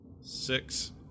Six